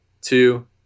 two